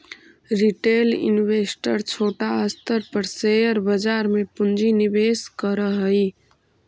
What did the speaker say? retail investor छोटा स्तर पर शेयर बाजार में पूंजी निवेश करऽ हई